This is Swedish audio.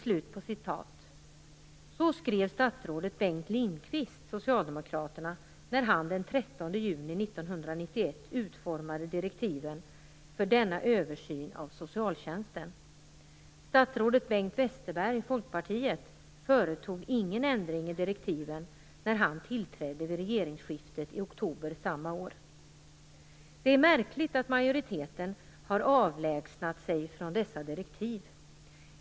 Så skrev statsrådet Bengt Lindqvist, Socialdemokraterna, när han den 13 juni 1991 utformade direktiven för denna översyn av socialtjänsten. Statsrådet Bengt Westerberg, Folkpartiet, företog ingen ändring i direktiven när han tillträdde vid regeringsskiftet i oktober samma år. Det är märkligt att majoriteten har avlägsnat sig från dessa direktiv.